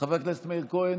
חבר הכנסת מאיר כהן,